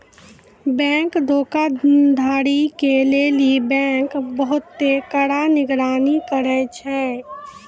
bank धोखाधड़ी के लेली बैंक बहुते कड़ा निगरानी करै छै